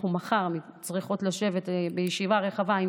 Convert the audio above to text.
אנחנו מחר צריכות לשבת בישיבה רחבה עם